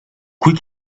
quick